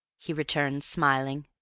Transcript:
he returned, smiling.